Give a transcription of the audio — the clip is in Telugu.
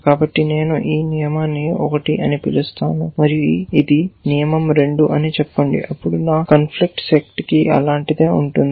కాబట్టి నేను ఈ నియమాన్ని 1 అని పిలుస్తాను మరియు ఇది నియమం 2 అని చెప్పండి అప్పుడు నా కాంఫ్లిక్ట్ సెట్ కి అలాంటిదే ఉంటుంది